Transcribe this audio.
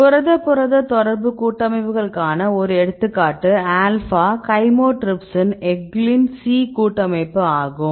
புரத புரத தொடர்பு கூட்டமைப்புகளுக்குக்கான ஒரு எடுத்துக்காட்டு ஆல்பா கைமோட்ரிப்சின் எக்ளின் C கூட்டமைப்பு ஆகும்